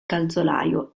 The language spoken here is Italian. calzolaio